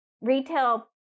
retail